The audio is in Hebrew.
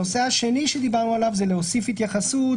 הנושא השני שדיברנו עליו הוא להוסיף התייחסות,